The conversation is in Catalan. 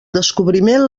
descobriment